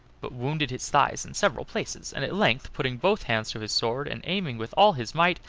but wounded his thighs in several places and at length, putting both hands to his sword and aiming with all his might,